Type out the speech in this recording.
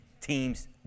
team's